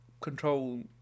control